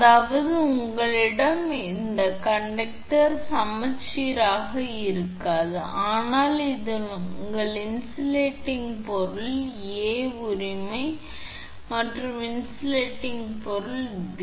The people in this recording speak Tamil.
அதாவது உங்களிடம் இது உங்கள் கண்டக்டர் சமச்சீராக இருக்காது ஆனால் இது உங்கள் இன்சுலேடிங் பொருள் A உரிமை மற்றும் இது இன்சுலேடிங் பொருள் B